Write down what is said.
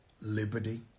liberty